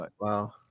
Wow